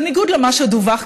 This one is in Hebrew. שבניגוד למה שדווח,